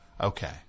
Okay